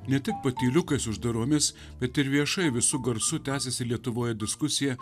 ne tik patyliukais uždaromis bet ir viešai visu garsu tęsiasi lietuvoj diskusija